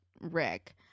Rick